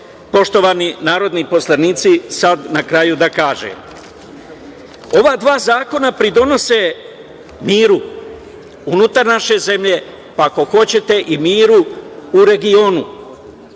poštovani narodni poslanici, sada na kraju da kažem. Ova dva zakona pridonose miru unutar naše zemlje, pa ako hoćete i miru u regionu,